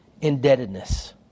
indebtedness